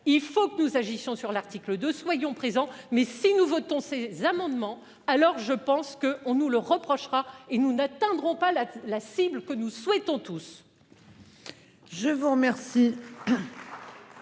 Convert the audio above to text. Il faut que nous agissions sur l'article 2. Soyons présents mais si nous votons ces amendements. Alors je pense que on nous le reprochera et nous n'atteindrons pas la la cible que nous souhaitons tous.